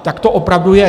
Tak to opravdu je.